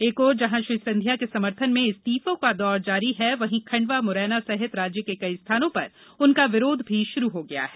एक ओर जहां श्री सिंधिया के समर्थन में इस्तीफों का दौर जारी है वहीं खंडवा मुरैना सहित राज्य में कई स्थानों पर उनका विरोध भी शुरू हो गया है